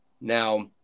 Now